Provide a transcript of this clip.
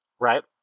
Right